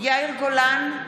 יאיר גולן,